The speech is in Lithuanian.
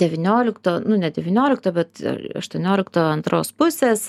devyniolikto nu ne devyniolikto bet aštuoniolikto antros pusės